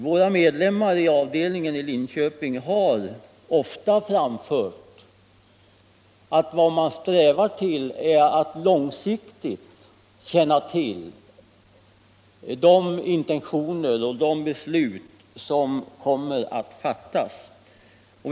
Våra medlemmar i Metalls avdelning i Linköping har ofta framfört att man bör få vetskap om intentionerna och de beslut som kommer att fattas på lång sikt.